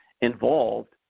involved